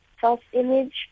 self-image